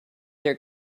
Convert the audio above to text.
their